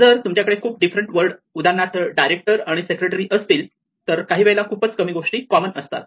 जर तुमच्याकडे खूप डिफरंट वर्ड उदाहरणार्थ डायरेक्टर आणि सेक्रेटरी असतील तर काही वेळेला खूपच कमी गोष्टी कॉमन असतात